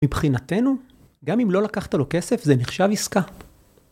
מבחינתנו, גם אם לא לקחת לו כסף, זה נחשב עסקה.